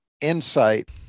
insight